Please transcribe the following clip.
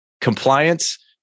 compliance